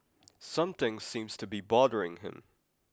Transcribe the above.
something seems to be bothering him